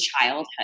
childhood